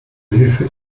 hilfe